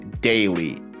daily